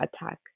attack